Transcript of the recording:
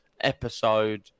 episode